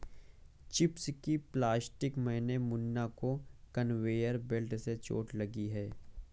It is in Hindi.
चिप्स की फैक्ट्री में मुन्ना को कन्वेयर बेल्ट से चोट लगी है